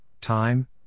time